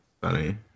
funny